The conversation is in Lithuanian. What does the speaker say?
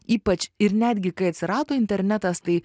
ypač ir netgi kai atsirado internetas tai